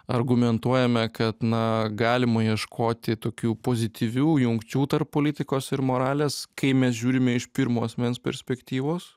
argumentuojame kad na galima ieškoti tokių pozityvių jungčių tarp politikos ir moralės kai mes žiūrime iš pirmo asmens perspektyvos